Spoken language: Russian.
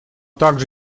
также